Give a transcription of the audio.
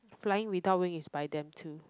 flying without wing is by them too